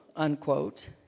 unquote